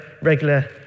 regular